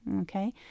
okay